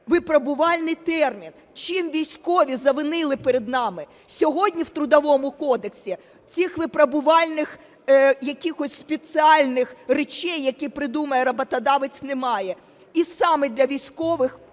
"випробувальний термін". Чим військові завинили перед нами? Сьогодні в Трудовому кодексі цих випробувальних якихось спеціальних речей, які придумає роботодавець, немає. І саме для військових